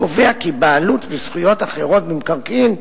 קובע: "בעלות וזכויות אחרות במקרקעין,